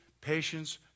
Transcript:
patience